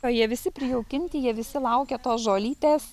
o jie visi prijaukinti jie visi laukia tos žolytės